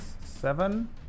seven